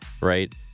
Right